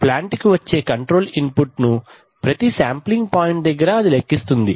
అంటే ప్లాంట్ కి వచ్చే కంట్రోల్ ఇన్ పుట్ ను ప్రతి శాంప్లింగ్ పాయింట్ దగ్గర అది లెక్కిస్తుంది